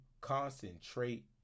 concentrate